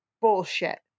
Bullshit